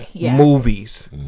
movies